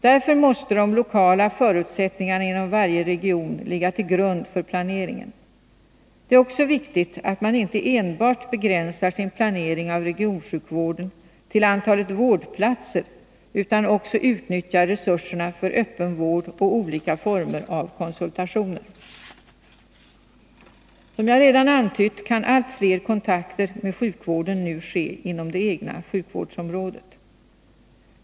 Därför måste de lokala förutsättningarna inom varje region ligga till grund för planeringen. Det är också viktigt att man inte enbart begränsar sin planering av regionsjukvården till antalet vårdplatser utan också utnyttjar resurserna för öppen vård och olika former av konsultationer. Som jag redan antytt, kan allt fler kontakter med sjukvården nu ske inom det egna sjukvårdsområdet.